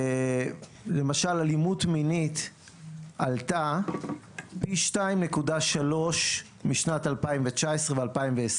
למשל, אלימות מינית עלתה פי 2.3 משנת 2019 ו-2020.